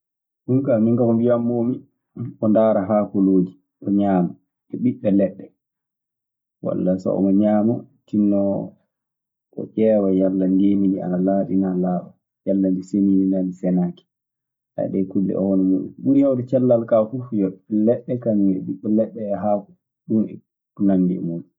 Ɗum kaa, minkaa ko mbiyammoomi oo ndaara haakolooji o ñaama e ɓiɓɓe leɗɗe walla so omo ñaama. O tinno o ƴeewa yalla ndeendi ndii ana laaɓi naa laaɓaa, yalla ndi seniindi naa ndi senaaki. ɗee kulle e hono muuɗum, ko ɓuri hewde cellal fuu yo leɗɗe, ɓiɓɓe leɗɗe e haako ɗum eko nanndi e muuɗum.